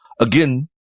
again